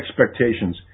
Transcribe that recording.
expectations